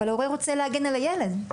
אבל ההורה רוצה להגן על הילד.